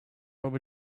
over